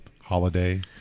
holiday